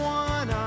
one